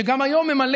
שגם היום,